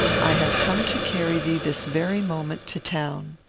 i have come to carry thee this very moment to town.